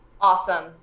Awesome